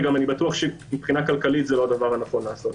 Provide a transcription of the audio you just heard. אני בטוח שכלכלית זה לא הדבר הנכון לעשות.